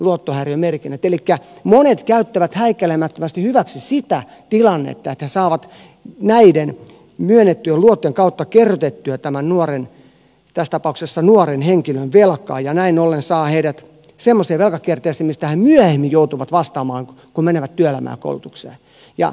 elikkä monet käyttävät häikäilemättömästi hyväksi sitä tilannetta että he saavat näiden myönnettyjen luottojen kautta kerrytettyä tässä tapauksessa nuoren henkilön velkaa ja näin ollen saavat heidät semmoiseen velkakierteeseen mistä he myöhemmin joutuvat vastaamaan kun menevät työelämään ja koulutukseen